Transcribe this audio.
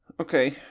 Okay